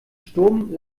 sturm